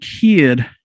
kid